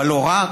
אבל לא רק,